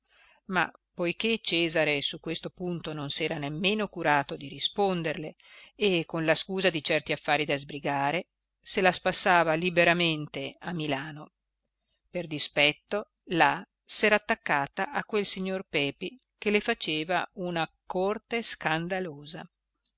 ma poiché cesare su questo punto non s'era nemmeno curato di risponderle e con la scusa di certi affari da sbrigare se la spassava liberamente a milano per dispetto là s'era attaccata a quel signor pepi che le faceva una corte scandalosa